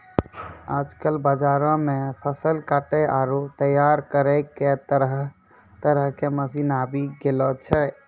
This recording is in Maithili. आजकल बाजार मॅ फसल काटै आरो तैयार करै के तरह तरह के मशीन आबी गेलो छै